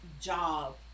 job